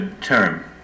term